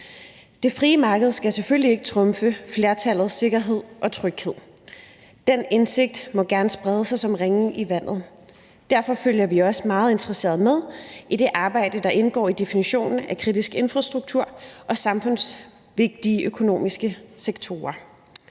Det frie marked skal selvfølgelig ikke trumfe flertallets sikkerhed og tryghed. Den indsigt må gerne sprede sig som ringe i vandet. Derfor følger vi også meget interesseret med i det arbejde, der indgår i definitionen af kritisk infrastruktur og samfundsvigtige økonomiske sektorer.